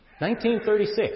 1936